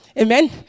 amen